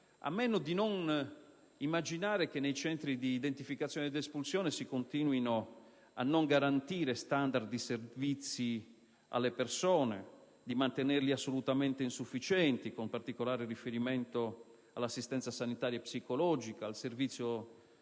a meno di non immaginare che nei centri di identificazione e di espulsione si continui a non garantire certi standard di servizi alle persone, mantenendoli assolutamente insufficienti. Mi riferisco in particolare all'assistenza sanitaria e psicologica, al servizio di